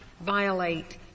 violate